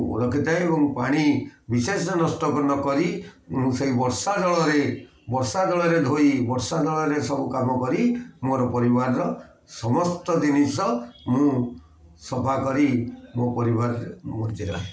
ମୁଁ ରଖିଥାଏ ଏବଂ ପାଣି ବିଶେଷ ନଷ୍ଟ ନ କରି ସେ ବର୍ଷାଜଳରେ ବର୍ଷା ଜଳରେ ଧୋଇ ବର୍ଷା ଜଳରେ ସବୁ କାମ କରି ମୋର ପରିବାରର ସମସ୍ତ ଜିନିଷ ମୁଁ ସଫା କରି ମୋ ପରିବାର ମୁଁ ଚଳାଏ